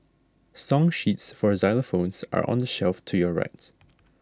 song sheets for xylophones are on the shelf to your right